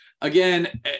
again